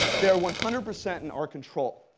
they are one hundred percent in our control.